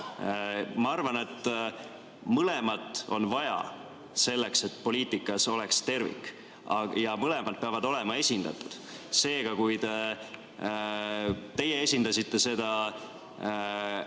Ma arvan, et mõlemat on vaja selleks, et poliitikas oleks tervik, ja mõlemad peavad olema esindatud. Seega, kui teie esindasite seda